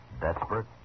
Desperate